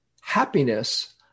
happiness